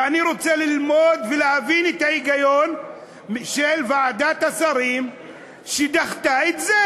ואני רוצה ללמוד ולהבין את ההיגיון של ועדת השרים שדחתה את זה.